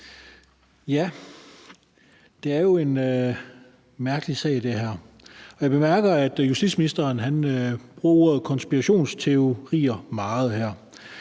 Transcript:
Det her er jo en mærkelig sag, og jeg bemærker, at justitsministeren bruger ordet konspirationsteorier meget her.